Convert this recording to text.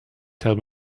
tell